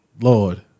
Lord